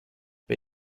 bei